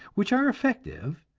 which are effective,